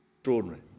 Extraordinary